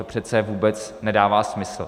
To přece vůbec nedává smysl.